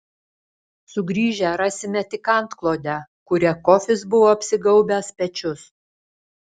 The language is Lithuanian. sugrįžę rasime tik antklodę kuria kofis buvo apsigaubęs pečius